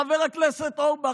חבר הכנסת אורבך,